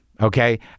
Okay